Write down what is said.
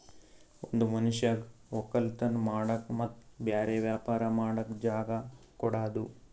ಒಂದ್ ಮನಷ್ಯಗ್ ವಕ್ಕಲತನ್ ಮಾಡಕ್ ಮತ್ತ್ ಬ್ಯಾರೆ ವ್ಯಾಪಾರ ಮಾಡಕ್ ಜಾಗ ಕೊಡದು